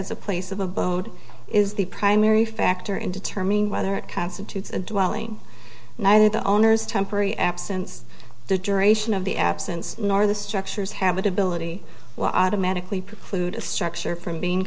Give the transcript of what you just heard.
as a place of abode is the primary factor in determining whether it constitutes a dwelling neither the owners temporary absence the duration of the absence nor the structures habitability manically prudent structure from being